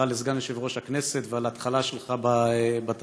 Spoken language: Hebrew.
לסגן יושב-ראש הכנסת ועל ההתחלה שלך בתפקיד.